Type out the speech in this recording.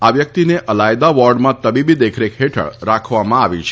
આ વ્યક્તિને અલાયદા વોર્ડમાં તબીબી દેખરેખ રાખવામાં આવી છે